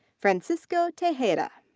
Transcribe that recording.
francisco tejada.